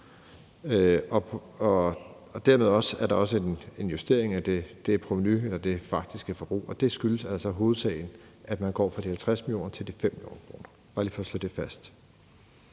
Dermed skete der også en justering af provenuet og det faktiske forbrug, og det skyldes altså i hovedsagen, at man går fra de 50 mio. kr. til de 5 mio. kr. Det er bare lige for at slå det fast.